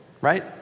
right